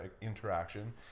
interaction